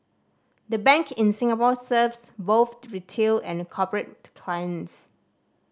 the bank in Singapore serves both retail and corporate clients